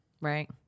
right